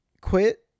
quit